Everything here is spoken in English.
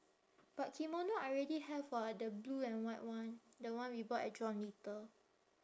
but kimono I already have [what] the blue and white one the one we bought at john little